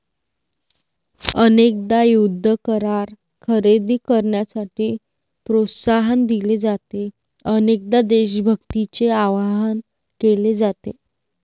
अनेकदा युद्ध करार खरेदी करण्यासाठी प्रोत्साहन दिले जाते, अनेकदा देशभक्तीचे आवाहन केले जाते